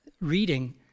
reading